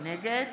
נגד